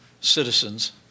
citizens